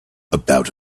about